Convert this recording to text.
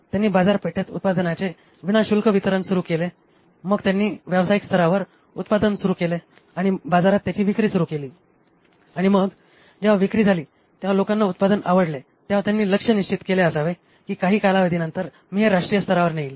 त्यानी बाजारपेठेत उत्पादनाचे विनाशुल्क वितरण सुरू केले मग त्यानी व्यावसायिक स्तरावर उत्पादन सुरू केले आणि बाजारात त्याची विक्री सुरू केली आणि मग जेव्हा विक्री झाली तेव्हा लोकांना उत्पादन आवडले तेव्हा त्यानी लक्ष्य निश्चित केले असावे की काही कालावधीनंतर मी हे राष्ट्रीय स्तरावर नेईन